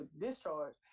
discharge